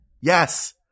Yes